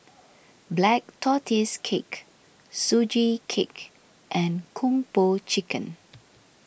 Black Tortoise Cake Sugee Cake and Kung Po Chicken